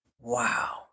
wow